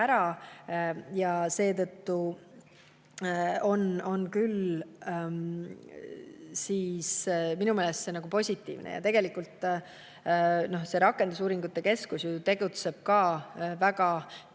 ära. Seetõttu on küll minu meelest see positiivne. Ja tegelikult see rakendusuuringute keskus ju tegutseb ka väga